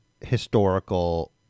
historical